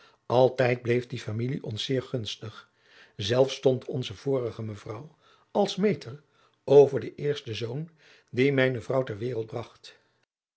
altijd bleef die familie ons zeer gunstig zelfs stond onze vorige mevrouw als meter over den eersten zoon dien mijne vrouw ter wereld bragt